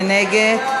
מי נגד?